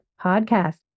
Podcast